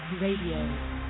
Radio